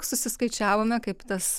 susiskaičiavome kaip tas